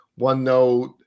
OneNote